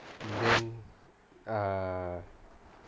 then err